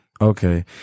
okay